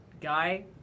guy